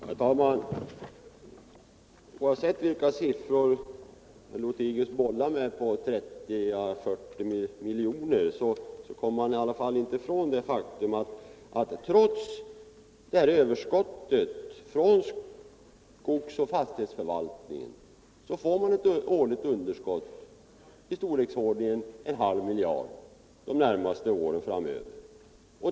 Herr talman! Oavsett vilka siffror herr Lothigius bollar med — 30 å 40 milj.kr. — kommer vi inte ifrån det faktum att trots överskottet från skogsoch fastighetsförvaltningen får man ett årligt underskott i storleksordningen 600 000 — 700 000 kr. de närmaste åren.